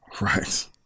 Right